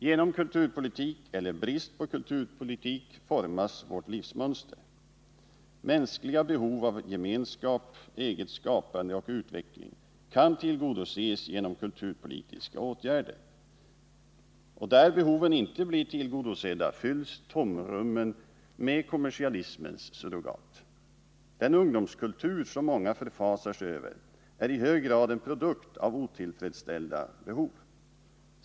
Genom kulturpolitik eller brist på kulturpolitik formas vårt livsmönster. Mänskliga behov av gemenskap, eget skapande och utveckling kan tillgodoses genom kulturpolitiska åtgärder. Där behoven inte blir tillgodosedda fylls tomrummen med kommersialismens surrogat. Den ungdomskultur som många förfasar sig över är i hög grad en produkt av otillfredsställda behov.